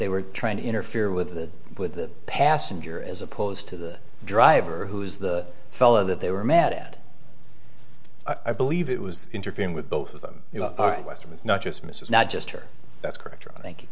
they were trying to interfere with the with the passenger as opposed to the driver who is the fellow that they were met i believe it was interfering with both of them are western is not just mrs not just her that's correct i think